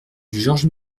georges